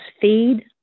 feed